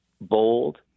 bold